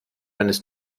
eines